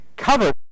Cover